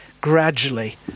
gradually